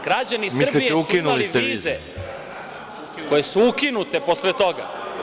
Građani Srbije su imali vize koje su ukinute posle toga.